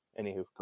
Anywho